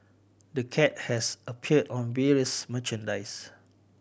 the cat has appeared on various merchandise